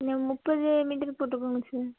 இன்னும் முப்பது மீட்டர் போட்டுக்கோங்க சார்